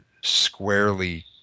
squarely